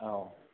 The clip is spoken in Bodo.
औ